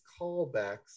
callbacks